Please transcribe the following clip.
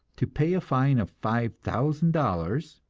to pay a fine of five thousand dollars,